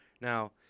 Now